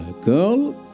girl